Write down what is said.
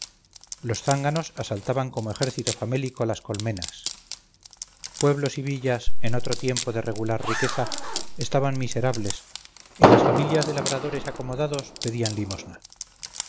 los zánganos asaltaban como ejército famélico las colmenas pueblos y villas en otro tiempo de regular riqueza estaban miserables y las familias de labradores acomodados pedían limosna